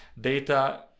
Data